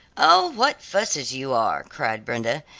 oh, what fusses you are! cried brenda,